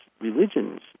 religions